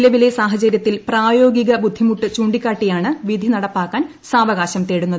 നിലവിലെ സാഹചരൃത്തിൽ പ്രായോഗിക ബുദ്ധിമുട്ട് ചൂണ്ടിക്കാട്ടിയാണ് വിധി നടപ്പാക്കാൻ സാവകാശം തേടുന്നത്